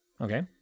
Okay